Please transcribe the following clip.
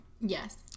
yes